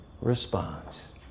response